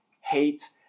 hate